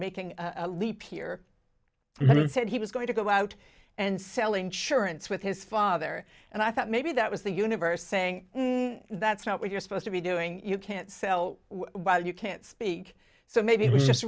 making a leap here and then said he was going to go out and sell insurance with his father and i thought maybe that was the universe saying that's not what you're supposed to be doing you can't sell while you can't speak so maybe it was just